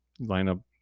lineup